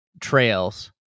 trails